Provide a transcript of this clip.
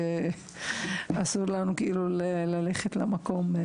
ואסור לנו ללכת למקום הזה.